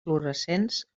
fluorescents